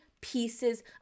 pieces